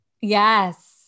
Yes